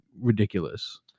ridiculous